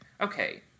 okay